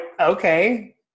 okay